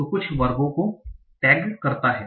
तो कुछ वर्गों को टैग करता है